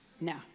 No